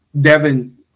Devin –